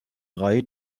drei